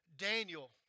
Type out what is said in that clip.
Daniel